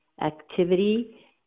activity